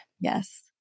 Yes